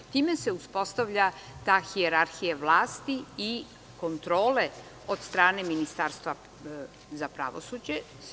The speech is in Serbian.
Time se uspostavlja ta hijerarhija vlasti i kontrole od strane Ministarstva pravosuđa.